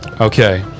Okay